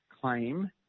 claim